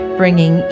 bringing